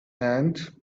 and